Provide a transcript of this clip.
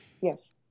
Yes